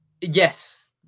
yes